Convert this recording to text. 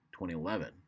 2011